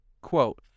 quote